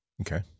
Okay